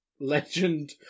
Legend